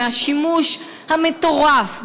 מהשימוש המטורף,